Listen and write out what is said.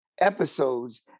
episodes